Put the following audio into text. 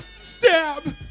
Stab